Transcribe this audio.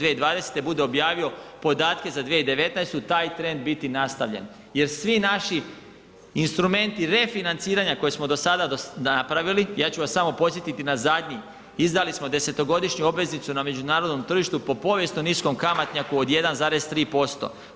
2020. bude objavio podatke za 2019. taj trend biti nastavljen jer svi naši instrumenti refinanciranja koje smo do sada napravili, ja ću vas samo podsjetiti na zadnji, izdali smo 10-godišnju obveznicu na međunarodnom tržištu po povijesno niskom kamatnjaku od 1,3%